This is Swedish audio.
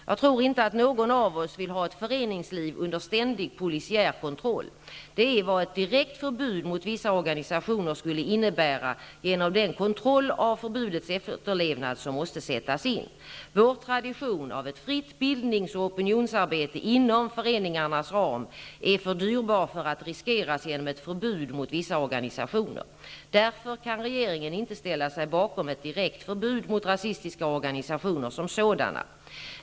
Jag tror inte att någon av oss vill ha ett föreningsliv under ständig polisiär kontroll. Det är vad ett direkt förbud mot vissa organisationer skulle innebära genom den kontroll av förbudets efterlevnad som måste sättas in. Vår tradition av ett fritt bildnings och opinionsarbete inom föreningarnas ram är för dyrbar för att riskeras genom ett förbud mot vissa organisationer. Därför kan regeringen inte ställa sig bakom ett direkt förbud mot rasistiska organisationer som sådana.